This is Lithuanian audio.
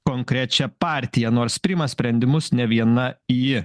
konkrečią partiją nors priima sprendimus ne viena ji